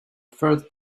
third